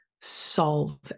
solve